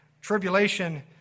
tribulation